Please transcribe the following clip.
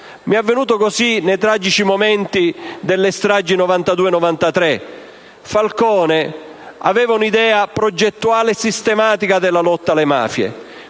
È avvenuto così nei tragici momenti delle stragi del 1992-1993. Falcone aveva un'idea progettuale e sistematica della lotta alle mafie.